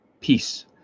Peace